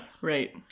Right